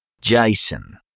Jason